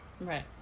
Right